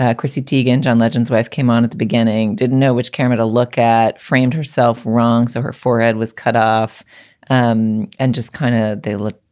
ah chrissy teagan, john legend's wife, came on at the beginning, didn't know which camera to look at, framed herself wrong. so her forehead was cut off um and just kind of. they look,